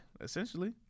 essentially